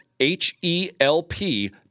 H-E-L-P